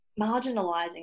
marginalizing